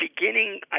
beginning